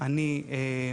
באופן כללי,